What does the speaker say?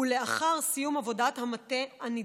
לאחר סיום עבודת המטה הנדרשת.